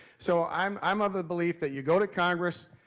so i'm i'm of the belief that you go to congress,